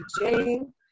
jane